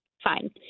fine